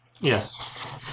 Yes